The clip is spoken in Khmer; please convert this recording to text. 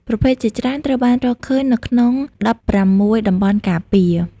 ប្រភេទជាច្រើនត្រូវបានរកឃើញនៅក្នុង ១៦ តំបន់ការពារ។